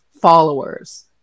followers